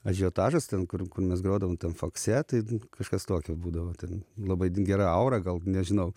ažiotažas ten kur kur mes grodavom ten fakse tai kažkas tokio būdavo ten labai gera aura gal nežinau